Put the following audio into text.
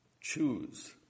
choose